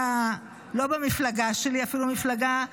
אתה לא במפלגה שלי, אפילו מפלגה יריבה,